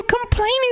complaining